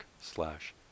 slash